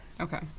Okay